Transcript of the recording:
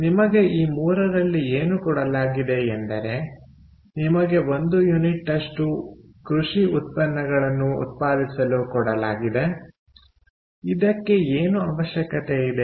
ನಿಮಗೆ ಈ 3 ರಲ್ಲಿ ಏನು ಕೊಡಲಾಗಿದೆ ಎಂದರೆ ನಿಮಗೆ ಒಂದು ಯುನಿಟ್ ಅಷ್ಟು ಕೃಷಿ ಉತ್ಪನ್ನಗಳನ್ನು ಉತ್ಪಾದಿಸಲು ಕೊಡಲಾಗಿದೆ ಇದಕ್ಕೆ ಏನು ಅವಶ್ಯಕತೆಯಿದೆ